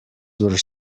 were